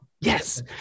yes